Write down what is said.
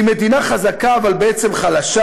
היא מדינה חזקה, אבל בעצם חלשה.